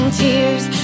tears